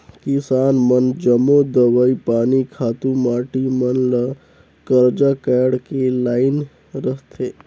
किसान मन जम्मो दवई पानी, खातू माटी मन ल करजा काएढ़ के लाएन रहथें